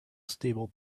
stable